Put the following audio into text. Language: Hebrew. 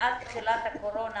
מאז תחילת הקורונה